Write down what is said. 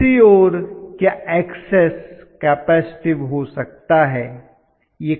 दूसरी ओर क्या Xs कैपेसिटिव हो सकता है